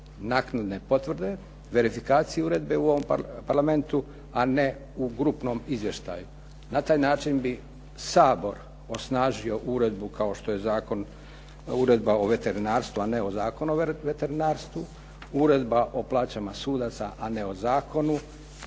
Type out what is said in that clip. naknadne potvrde, verifikaciju uredbe u ovom Parlamentu a ne u grupnom izvještaju. Na taj način bi Sabor osnažio uredbu kao što je zakon, uredba o veterinarstvu a ne o zakonu o veterinarstvu, uredba o plaćama sudaca a ne o zakonu,